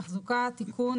תחזוקה ותיקון,